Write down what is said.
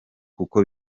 kuko